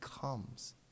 comes